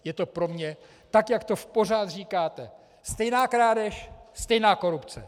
Je to pro mě tak, jak to pořád říkáte: stejná krádež, stejná korupce.